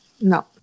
No